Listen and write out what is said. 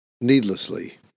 needlessly